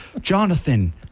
Jonathan